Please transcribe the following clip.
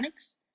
Organics